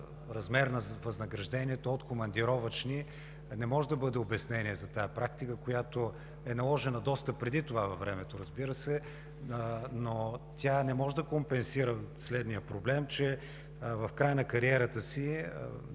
размер на възнаграждението от командировъчни не може да бъде обяснение за тази практика, която е наложена доста преди това във времето, но тя не може да компенсира проблема, че в края на кариерата си